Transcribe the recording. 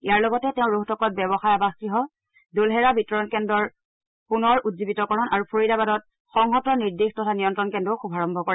ইয়াৰ লগতে তেওঁ ৰোহটকত ব্যৱসায় আবাসগৃহ দুলহেৰা বিতৰণ কেন্দ্ৰৰ পুনৰ উজ্জীৱিতকৰণ আৰু ফৰিদাবাদত সংহত নিৰ্দেশ তথা নিয়ন্ত্ৰণ কেন্দ্ৰও শুভাৰম্ভ কৰে